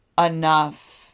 enough